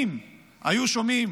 אם היו שומעים